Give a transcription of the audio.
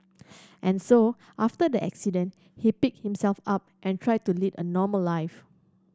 and so after the accident he picked himself up and tried to lead a normal life